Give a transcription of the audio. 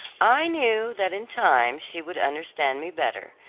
i knew that in time she would understand me better,